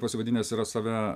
pasivadinęs yra save